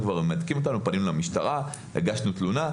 מעדכנים אותנו שבאירוע הזה הוא פנה למשטרה והגיש תלונה,